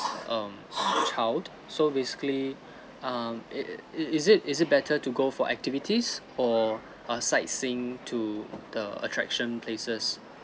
um child so basically um it it is it is it better to go for activities or a sightseeing to the attraction places